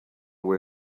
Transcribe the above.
what